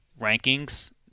rankings